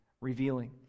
revealing